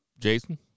Jason